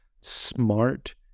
smart